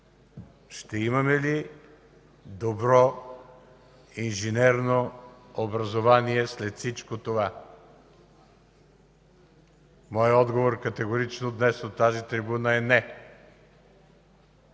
ще имаме ли добро инженерно образование след всичко това? Моят отговор категорично днес от тази трибуна е „не”.